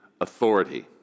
authority